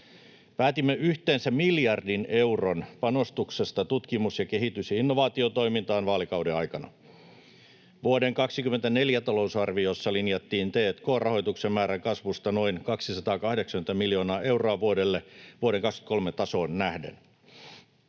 Päätimme yhteensä miljardin euron panostuksesta tutkimus- ja kehitys- ja innovaatiotoimintaan vaalikauden aikana. Vuoden 24 talousarviossa linjattiin t&k-rahoituksen määrän kasvusta noin 280 miljoonaa euroa vuodelle vuoden 23 tasoon nähden.